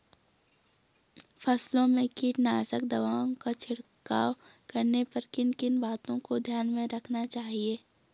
फसलों में कीटनाशक दवाओं का छिड़काव करने पर किन किन बातों को ध्यान में रखना चाहिए?